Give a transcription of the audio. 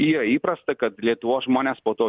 yra įprasta kad lietuvos žmonė s po to